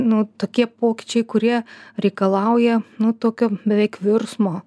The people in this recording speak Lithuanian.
nu tokie pokyčiai kurie reikalauja nu tokio beveik virsmo